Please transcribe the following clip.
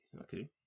okay